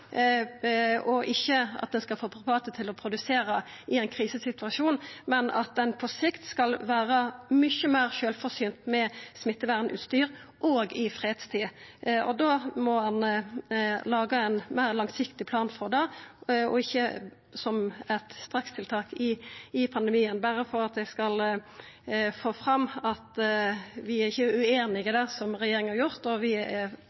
og ikkje at ein skal få private til å produsera i ein krisesituasjon, men at ein på sikt skal vera mykje meir sjølvforsynt med smittevernutstyr også i fredstid. Da må ein laga ein meir langsiktig plan for det og ikkje som eit strakstiltak i pandemien – berre for å få fram at vi ikkje er ueinige i det som regjeringa har gjort. Vi er